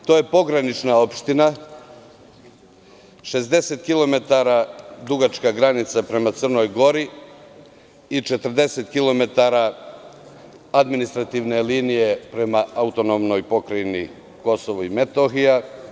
Zatim, to je pogranična opština, 60 km dugačka granica prema Crnoj Gori i 40 km administrativne linije prema AP Kosovo i Metohija.